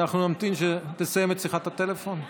אנחנו נמתין שתסיים את שיחת הטלפון?